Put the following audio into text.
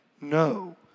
no